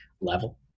level